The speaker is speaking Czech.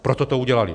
Proto to udělali.